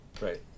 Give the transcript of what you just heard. Right